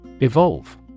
Evolve